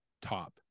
top